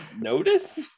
notice